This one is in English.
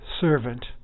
servant